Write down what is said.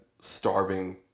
starving